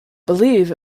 believe